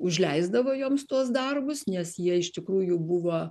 užleisdavo joms tuos darbus nes jie iš tikrųjų buvo